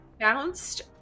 bounced